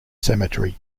cemetery